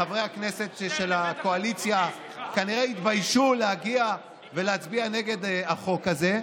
חברי הכנסת של הקואליציה כנראה התביישו להגיע ולהצביע נגד החוק הזה,